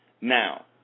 Now